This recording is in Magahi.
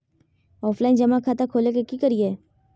ऑफलाइन जमा खाता खोले ले की करिए?